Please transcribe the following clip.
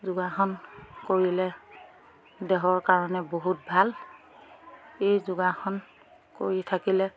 যোগাসন কৰিলে দেহৰ কাৰণে বহুত ভাল এই যোগাসন কৰি থাকিলে